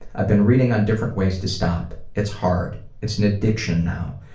i've been reading on different ways to stop. it's hard. it's an addiction now.